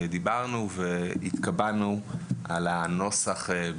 דיברנו והתקבענו על הנוסח הקיים.